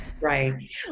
Right